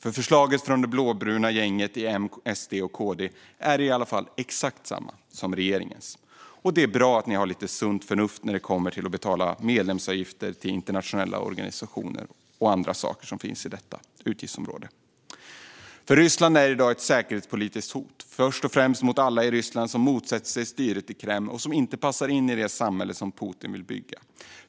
Förslaget från det blåbruna gänget i M, SD och KD är i alla fall exakt samma som regeringens. Det är bra att ni har lite sunt förnuft när det kommer till att betala medlemsavgifter till internationella organisationer och andra saker som finns i detta utgiftsområde. Ryssland är i dag ett säkerhetspolitiskt hot, först och främst mot alla i Ryssland som motsätter sig styret i Kreml och som inte passar in i det samhälle som Putin vill bygga.